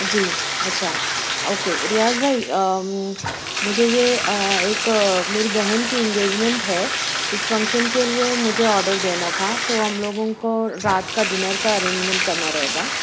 جی اچھا اوکے ریاض بھائی مجھے یہ ایک میری بہن کی انگینجمینٹ ہے اس فنکشن کے لیے مجھے آڈر دینا تھا تو ہم لوگوں کو رات کا ڈنر کا ارینجمینٹ کرنا رہے گا